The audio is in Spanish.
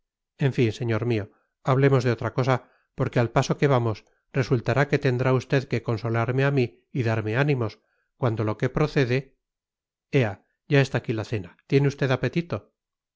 en fin señor mío hablemos de otra cosa porque al paso que vamos resultará que tendrá usted que consolarme a mí y darme ánimos cuando lo que procede ea ya está aquí la cena tiene usted apetito